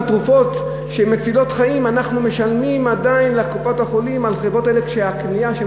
על תרופות שמצילות חיים אנחנו משלמים עדיין לקופות-החולים על הקנייה שהם